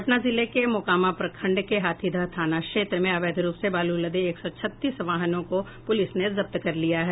पटना जिले के मोकामा प्रखंड के हाथीदह थाना क्षेत्र में अवैध रूप से बालू लदे एक सौ छत्तीस वाहनों को पुलिस ने जब्त कर लिया है